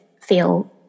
feel